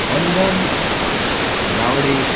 Vandan Gawade